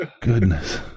goodness